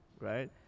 right